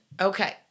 Okay